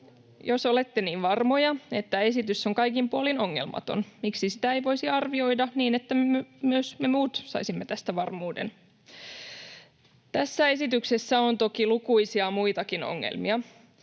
Jos olette niin varmoja, että esitys on kaikin puolin ongelmaton, miksi sitä ei voisi arvioida niin, että myös me muut saisimme tästä varmuuden? Tässä esityksessä on toki lukuisia muitakin ongelmia.